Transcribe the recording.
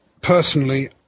personally